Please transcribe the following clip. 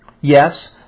Yes